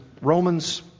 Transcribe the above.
Romans